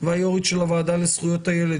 והיו"רית של הוועדה לזכויות הילד,